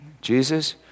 Jesus